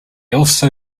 also